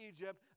Egypt